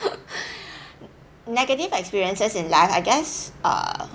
negative experiences in life I guess err